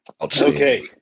Okay